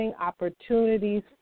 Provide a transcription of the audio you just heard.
opportunities